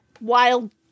wild